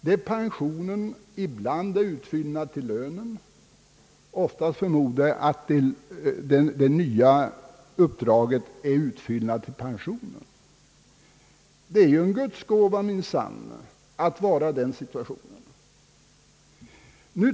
Då blir pensionen ibland en utfyllnad till lönen, men ofta utgör lönen för det nya uppdraget en utfyllnad till pensionen. Det är minsann en guds gåva att vara i den situationen.